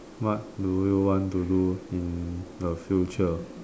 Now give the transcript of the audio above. what do you want to do in the future